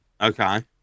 Okay